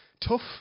tough